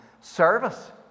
service